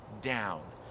down